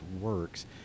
works